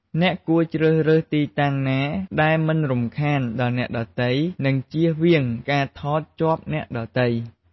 អ្នកគួរជ្រើសរើសទីតាំងណាដែលមិនរំខានដល់អ្នកជុំវិញ និង ជៀសវាងការថតជាប់អ្នកដទៃ។